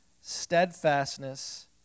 steadfastness